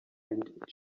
and